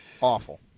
Awful